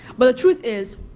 but the truth is